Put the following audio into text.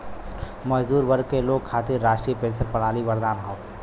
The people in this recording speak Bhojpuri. मजदूर वर्ग के लोग खातिर राष्ट्रीय पेंशन प्रणाली वरदान हौ